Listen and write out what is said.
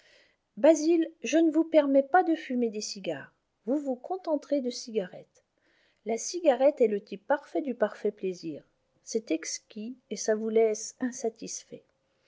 basil je ne vous permets pas de fumer des cigares vous vous contenterez de cigarettes la cigarette est le type parfait du parfait plaisir c'est exquis et ça vous laisse insatisfait